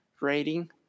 rating